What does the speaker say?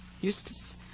Eustace